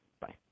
Bye